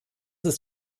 ist